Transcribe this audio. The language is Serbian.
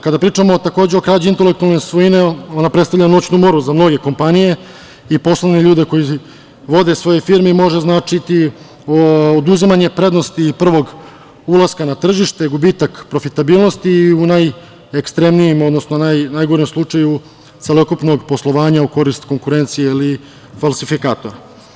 Kada pričamo o krađi intelektualne svojine, ona predstavlja noćnu moru za mnoge kompanije i poslovne ljude koji vode svoje firme i može značiti oduzimanje prednosti prvo ulaska na tržište, gubitak profitabilnosti u najekstremnijim, odnosno najgorem slučaju celokupnog poslovanja u korist konkurencije ili falsifikatora.